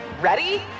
Ready